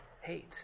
hate